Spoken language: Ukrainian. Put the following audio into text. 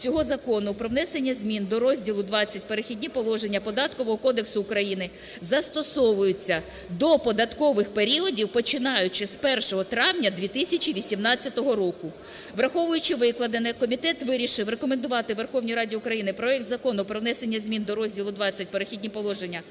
цього закону про внесення змін до розділу ХХ "Перехідні положення" Податкового кодексу України застосовуються до податкових періодів, починаючи з 1 травня 2018 року." Враховуючи викладене, комітет вирішив рекомендувати Верховній Раді України проект Закону про внесення змін до розділу ХХ "Перехідні положення"